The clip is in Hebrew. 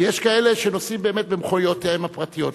ויש כאלה שנוסעים באמת במכוניותיהם הפרטיות,